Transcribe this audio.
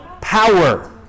power